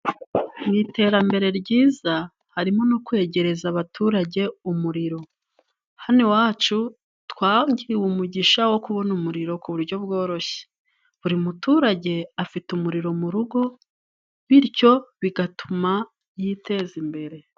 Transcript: Mu iterambere ryiza harimo no kwegereza abaturage umuriro hano iwacu twagiriwe umugisha wo kubona umuriro ku buryo bworoshye buri muturage afite umuriro murugo bityo bigatuma yiteza imbere.